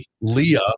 Leah